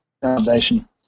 foundation